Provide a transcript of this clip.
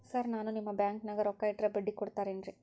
Sir ನಾನು ನಿಮ್ಮ ಬ್ಯಾಂಕನಾಗ ರೊಕ್ಕ ಇಟ್ಟರ ಬಡ್ಡಿ ಕೊಡತೇರೇನ್ರಿ?